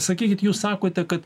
sakykit jūs sakote kad